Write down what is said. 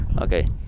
Okay